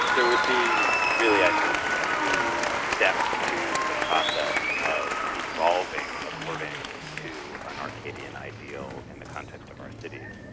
there would be really i think two steps to the process of evolving according to an arcadian ideal in the context of our cities,